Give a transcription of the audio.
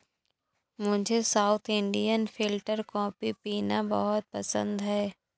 मुझे south Indian filter coffee पीना बहुत पसंद है